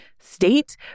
state